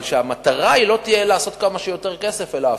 אבל שהמטרה לא תהיה לעשות כמה שיותר כסף אלא הפוך.